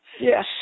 Yes